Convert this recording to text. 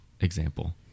example